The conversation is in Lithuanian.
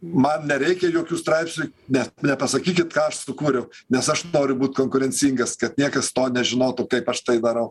man nereikia jokių straipsnių net nepasakykit ką aš sukūriau nes aš noriu būt konkurencingas kad niekas to nežinotų kaip aš tai darau